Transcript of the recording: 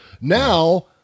Now